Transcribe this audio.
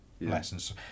lessons